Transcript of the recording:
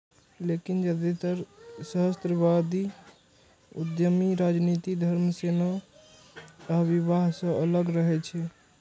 लेकिन जादेतर सहस्राब्दी उद्यमी राजनीति, धर्म, सेना आ विवाह सं अलग रहै छै